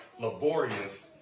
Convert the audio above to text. laborious